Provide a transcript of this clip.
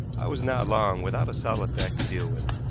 i was not long without a solid fact to deal with.